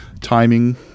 timing